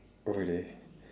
oh really